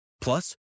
Plus